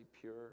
pure